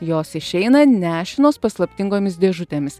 jos išeina nešinos paslaptingomis dėžutėmis